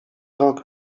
rok